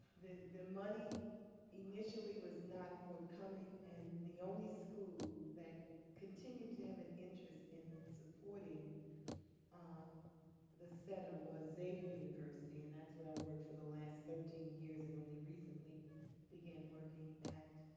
the the money initially was not forthcoming. and the only school that continued to have an interest in supporting um the center was xavier university. and that's where i worked for the last thirteen years and only recently began working at